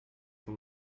von